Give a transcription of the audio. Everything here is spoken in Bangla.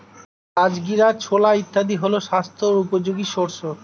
রাজগীরা, ছোলা ইত্যাদি হল স্বাস্থ্য উপযোগী শস্য